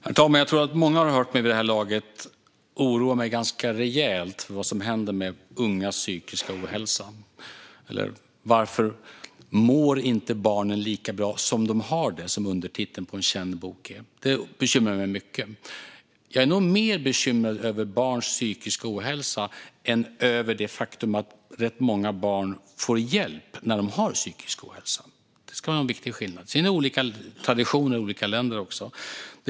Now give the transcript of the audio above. Herr talman! Jag tror att många vid det här laget har hört att jag oroar mig rejält för vad som händer med ungas psykiska ohälsa. Varför mår barnen inte lika bra som de har det? Det är undertiteln till en känd bok. Det här bekymrar mig mycket. Jag är nog mer bekymrad över barns psykiska ohälsa än över det faktum att rätt många barn får hjälp när de har drabbats av psykisk ohälsa. Det är en viktig skillnad. Sedan finns olika traditioner i olika länder.